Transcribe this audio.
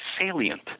salient